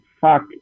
fuck